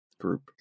group